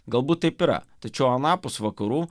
galbūt taip yra tačiau anapus vakarų